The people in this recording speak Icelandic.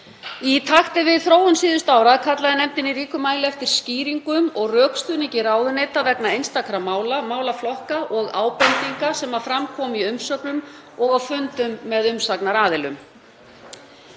Í takti við þróun síðustu ára kallaði nefndin í ríkum mæli eftir skýringum og rökstuðningi ráðuneyta vegna einstakra mála og málaflokka og ábendinga sem fram komu í umsögnum og á fundum með umsagnaraðilum.